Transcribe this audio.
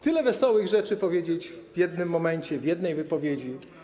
Tyle wesołych rzeczy powiedzieć w jednym momencie, w jednej wypowiedzi.